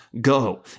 go